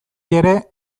ere